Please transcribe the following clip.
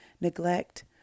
neglect